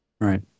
Right